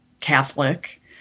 Catholic